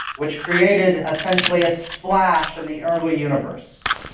which created essentially a splash in the early universe.